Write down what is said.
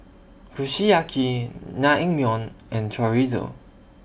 Kushiyaki Naengmyeon and Chorizo